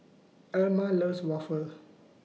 Elma loves Waffle